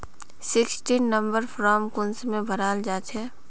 Sixteen number form कुंसम भराल जाछे?